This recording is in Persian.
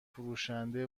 فروشنده